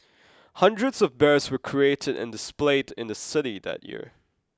hundreds of bears were created and displayed in the city that year